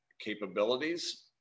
capabilities